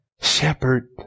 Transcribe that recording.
shepherd